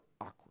awkward